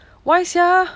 why sia